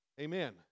Amen